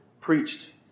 preached